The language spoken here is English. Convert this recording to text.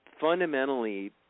fundamentally